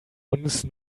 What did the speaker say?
uns